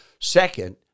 Second